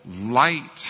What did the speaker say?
light